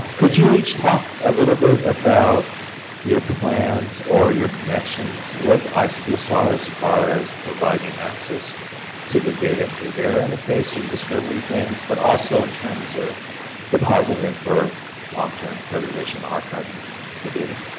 could you each talk a little bit about your plans or your connections with icpsr as far as providing access to the data through their interface and discovery things, but also in terms of depositing it for long-term preservation archiving the data.